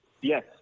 Yes